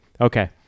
Okay